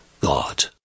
God